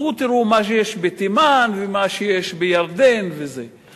לכו תראו מה שיש בתימן, ומה שיש בירדן, וזה.